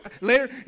later